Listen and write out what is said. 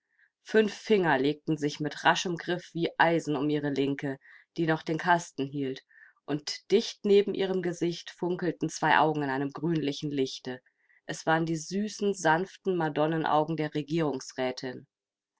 fünf finger legten sich mit raschem griff wie eisen um ihre linke die noch den kasten hielt und dicht neben ihrem gesicht funkelten zwei augen in einem grünlichen lichte es waren die süßen sanften madonnenaugen der